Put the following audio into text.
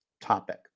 topic